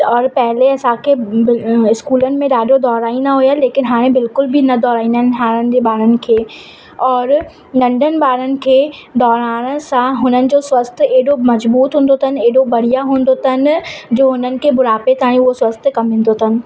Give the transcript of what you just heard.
और पहिरियों असांखे इस्कूलनि में ॾाढो दौड़ाईंदा हुआ लेकिन हाणे बिल्कुल बि न दौड़ाईंदा आहिनि हाणनि जे ॿारनि खे और नंढनि ॿारनि खे दौड़ाइण सां हुननि जो स्वस्थ एडो मजबूत हूंदो अथनि एडो बढ़िया हूंदो अथनि जो हुननि खे ॿुढापे ताईं उहो स्वस्थ कंदो अथनि